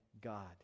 God